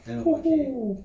!woohoo!